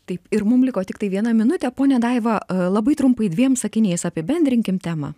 taip ir mums liko tiktai vieną minutė ponia daiva labai trumpai dviem sakiniais apibendrinkim temą